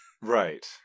Right